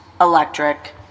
electric